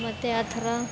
ಮತ್ತು ಆ ಥರ